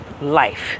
life